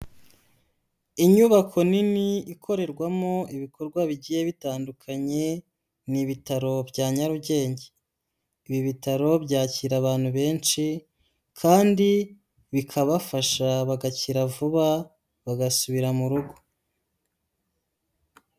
Inyubako nini ikorerwamo ibikorwa bigiye bitandukanye, ni Ibitaro bya Nyarugenge. Ibi Bitaro byakira abantu benshi, kandi bikabafasha bagakira vuba bagasubira mu rugo.